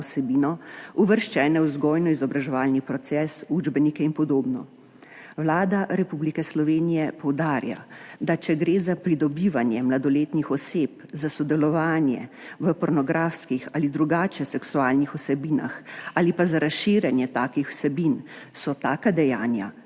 vsebino, uvrščene v vzgojno-izobraževalni proces, učbenike in podobno. Vlada Republike Slovenije poudarja, da če gre za pridobivanje mladoletnih oseb za sodelovanje v pornografskih ali drugače seksualnih vsebinah ali pa za razširjanje takih vsebin, so taka dejanja